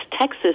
Texas